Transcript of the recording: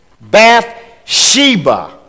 Bathsheba